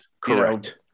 Correct